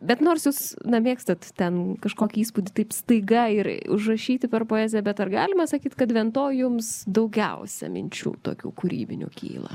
bet nors jūs na mėgstat ten kažkokį įspūdį taip staiga ir užrašyti per poeziją bet ar galima sakyt kad ventoj jums daugiausia minčių tokių kūrybinių kyla